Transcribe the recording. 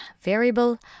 Variable